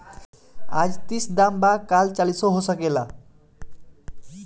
आज तीस दाम बा काल चालीसो हो सकेला